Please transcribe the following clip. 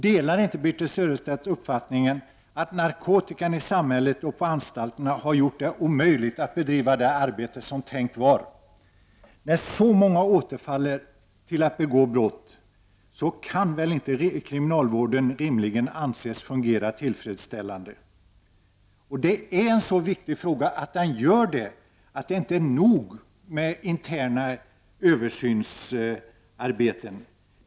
Delar inte Birthe Sörestedt uppfattningen att narkotikan i samhället och på anstalterna har gjort det omöjligt att bedriva arbetet så som det var tänkt? När så många återfaller till att begå brott kan kriminalvården rimligen inte anses fungera tillfredsställande! Det är så viktigt att den gör det, att det inte är nog med internt översynsarbete.